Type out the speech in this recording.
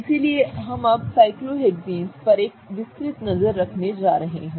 इसलिए हम अब साइक्लोहेक्सन्स पर एक विस्तृत नज़र रखने जा रहे हैं